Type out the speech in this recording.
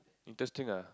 interesting ah